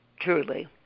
truly